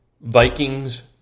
Vikings